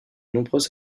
nombreux